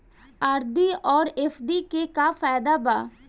RD आउर FD के का फायदा बा?